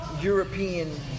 European